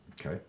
Okay